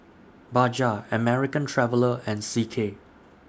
Bajaj American Traveller and C K